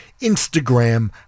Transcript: Instagram